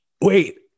wait